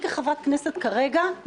בוועדה, כאשר חבר הכנסת